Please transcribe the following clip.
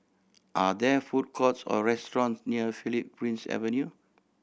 are there food courts or restaurant near Philip Prince Avenue